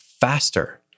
faster